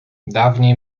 dawniej